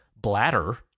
bladder